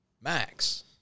Max